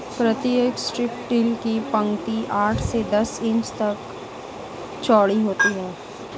प्रतीक strip till की पंक्ति आठ से दस इंच तक चौड़ी होती है